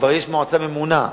כבר יש מועצה ממונה.